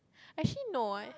actually no eh